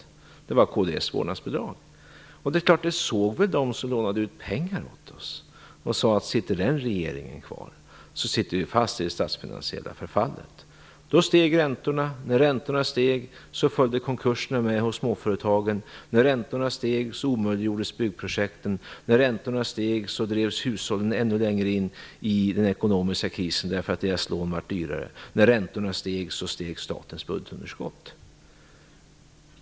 Det var kds vårdnadsbidrag. Det är klart att detta såg väl de som lånade ut pengar åt oss och sade: Sitter den regeringen kvar, sitter vi fast i det statsfinansiella förfallet. Då steg räntorna, och när räntorna steg följde konkurserna i småföretagen. När räntorna steg omöjliggjordes byggprojekten. När räntorna steg drevs hushållen ännu längre in i den ekonomiska krisen, därför att deras lån blev dyrare. När räntorna steg, steg statens budgetunderskott.